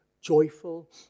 joyful